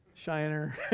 Shiner